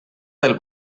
del